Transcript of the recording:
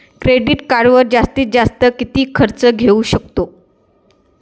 Credit कार्डवर जास्तीत जास्त किती कर्ज घेऊ शकतो?